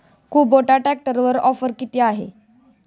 Kubota ट्रॅक्टरवर offer किती आहे?